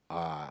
uh